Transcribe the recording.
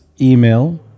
email